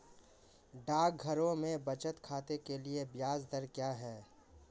डाकघरों में बचत खाते के लिए ब्याज दर क्या है?